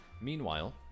meanwhile